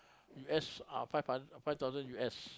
U_S uh five thousand U_S